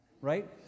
right